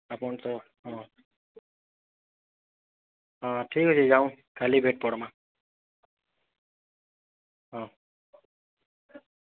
ଆପଣ ତ ହଁ ହଁ ଠିକ୍ ଅଛି ଯାଉନ୍ କାଲି ଭେଟ୍ ପଡ଼୍ମା ହଁ